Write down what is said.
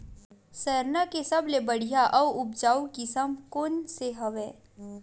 सरना के सबले बढ़िया आऊ उपजाऊ किसम कोन से हवय?